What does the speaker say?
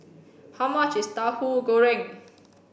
how much is tahu goreng